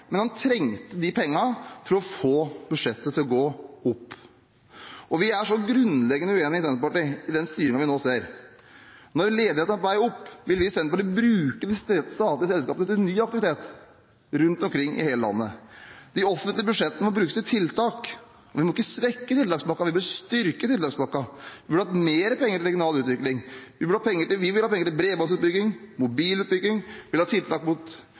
men man trengte pengene for å få budsjettet til å gå opp. I Senterpartiet er vi grunnleggende uenig i styringen vi nå ser. Når ledigheten er på vei opp, vil vi i Senterpartiet bruke de statlige selskapene til ny aktivitet rundt omkring i hele landet. De offentlige budsjettene må brukes til tiltak. Man må ikke svekke tiltakspakken, man bør styrke tiltakspakken. Man burde hatt mer penger til regional utvikling. Vi vil ha penger til bredbåndsutbygging og mobilutbygging, vi vil ha tiltak